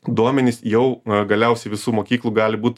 duomenys jau galiausiai visų mokyklų gali būt